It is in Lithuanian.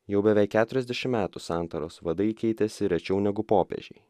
jau beveik keturiasdešim metų santaros vadai keitėsi rečiau negu popiežiai